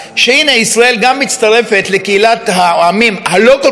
גם ישראל מצטרפת לקהילת העמים הלא-כל-כך נאורה.